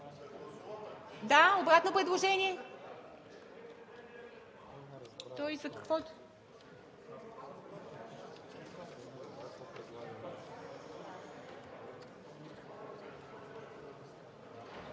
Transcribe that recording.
Да, обратно предложение?